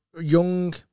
young